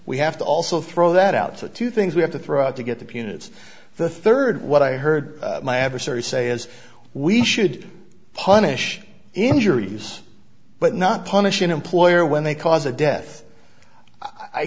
we have to also throw that out to two things we have to throw out to get the peanuts the third what i heard my adversary say is we should punish injure use but not punish an employer when they cause of death i